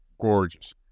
gorgeous